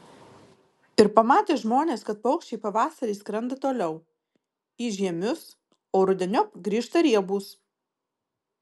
ir pamatė žmonės kad paukščiai pavasarį skrenda toliau į žiemius o rudeniop grįžta riebūs